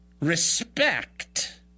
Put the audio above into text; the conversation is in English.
respect